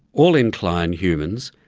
all incline humans,